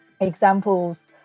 examples